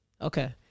Okay